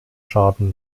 schaden